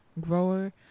grower